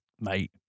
mate